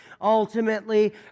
Ultimately